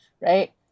Right